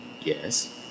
yes